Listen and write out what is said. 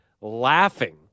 laughing